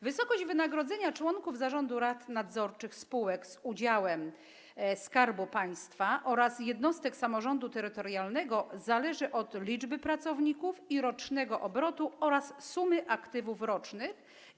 Wysokość wynagrodzenia członków zarządu rad nadzorczych spółek z udziałem Skarbu Państwa oraz jednostek samorządu terytorialnego zależy od liczby pracowników i rocznego obrotu oraz sumy aktywów rocznych.